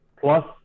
plus